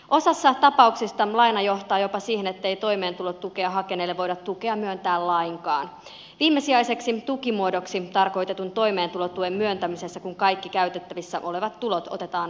osassa tapauksista laina johtaa jopa siihen ettei toimeentulotukea hakeneelle voida tukea myöntää lainkaan viimesijaiseksi tukimuodoksi tarkoitetun toimeentulotuen myöntämisessä kun kaikki käytettävissä olevat tulot otetaan aina huomioon